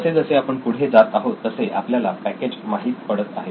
जसजसे आपण पुढे जात आहोत तसे आपल्याला पॅकेज माहित पडत आहे